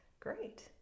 Great